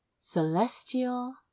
Celestial